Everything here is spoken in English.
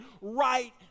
right